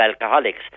alcoholics